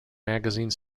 magazine